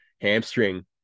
hamstring